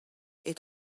est